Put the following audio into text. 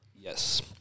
yes